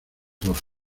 doce